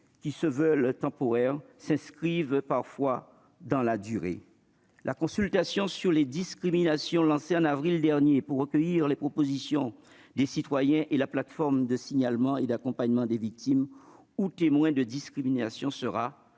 à être temporaires, s'inscrivent parfois dans la durée. La consultation sur les discriminations, lancée en avril dernier pour recueillir les propositions des citoyens, et la plateforme de signalement et d'accompagnement des victimes ou témoins de discriminations